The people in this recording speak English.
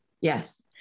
Yes